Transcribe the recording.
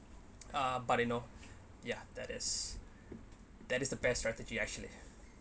uh but you know ya that is that is the best strategy actually